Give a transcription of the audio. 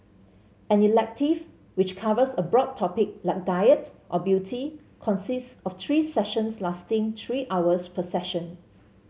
an elective which covers a broad topic like diet or beauty consists of three sessions lasting three hours per session